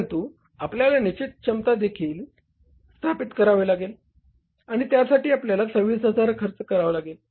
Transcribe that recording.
परंतु आपल्याला निश्चित क्षमता देखील स्थापित करावी लागेल आणि त्यासाठी आपल्याला 26000 खर्च करावा लागेल